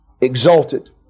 exalted